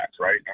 right